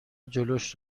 جلوش